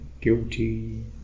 guilty